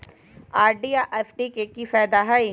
RD आ FD के कि फायदा हई?